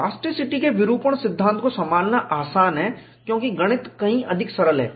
plasticity के विरूपण सिद्धांत को संभालना आसान है क्योंकि गणित कहीं अधिक सरल है